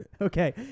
Okay